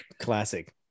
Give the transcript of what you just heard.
Classic